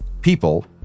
People